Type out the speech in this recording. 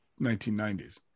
1990s